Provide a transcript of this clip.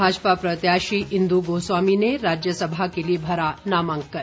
भाजपा प्रत्याशी इंदु गोस्वामी ने राज्यसभा के लिए भरा नामांकन